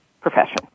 profession